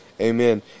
Amen